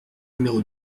numéro